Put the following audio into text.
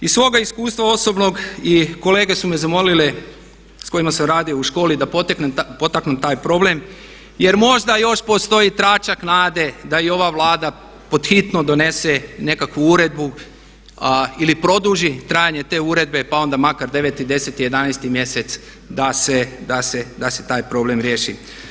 Iz svoga iskustva osobnog i kolege su me zamolile s kojima sam radio u školi da potaknem taj problem, jer možda još postoji tračak nade da i ova Vlada pod hitno donese nekakvu uredbu ili produži trajanje te uredbe, pa onda makar 9, 10, 11 mjesec da se taj problem riješi.